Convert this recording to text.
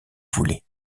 voulait